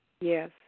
Yes